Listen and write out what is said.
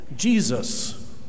Jesus